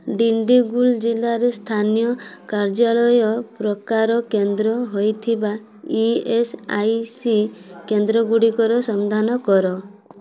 ଡିଣ୍ଡିଗୁଲ ଜିଲ୍ଲାରେ ସ୍ଥାନୀୟ କାର୍ଯ୍ୟାଳୟ ପ୍ରକାର କେନ୍ଦ୍ର ହେଇଥିବା ଇ ଏସ୍ ଆଇ ସି କେନ୍ଦ୍ରଗୁଡ଼ିକର ସନ୍ଧାନ କର